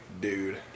dude